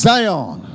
Zion